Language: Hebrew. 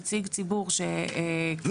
נציג ציבור --- לא,